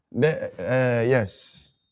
Yes